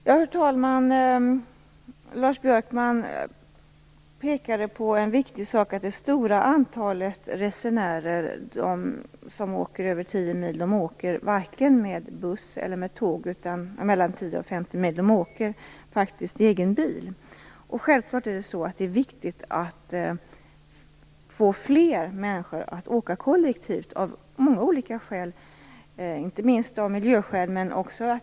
Herr talman! Lars Björkman pekade på en viktig sak: Det stora antalet resenärer - de som åker mellan 10 och 50 mil - åker varken med buss eller med tåg utan faktiskt i egen bil. Självfallet är det viktigt att få fler människor att åka kollektivt av många olika skäl, inte minst miljöskäl.